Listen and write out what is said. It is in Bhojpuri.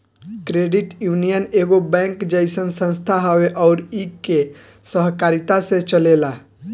क्रेडिट यूनियन एगो बैंक जइसन संस्था हवे अउर इ के सहकारिता से चलेला